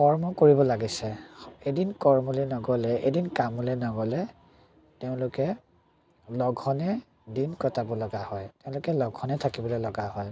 কৰ্ম কৰিব লাগিছে এদিন কৰ্মলৈ নগ'লে এদিন কামলৈ নগ'লে তেওঁলোকে লঘোণে দিন কটাব লগা হয় তেওঁলোকে লঘোণে থাকিবলৈ লগা হয়